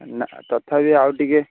ନା ତଥାପି ଆଉ ଟିକେ